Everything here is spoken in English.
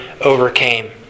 overcame